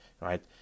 Right